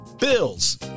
Bills